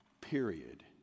Period